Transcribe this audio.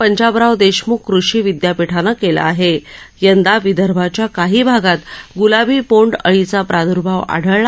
पंजाबराव दशामुख कृषी विद्यापीठानं कालं आह यंदा विदर्भाच्या काही भागात ग्लाबी बोंड अळीचा प्रादर्भाव आढळला